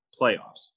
playoffs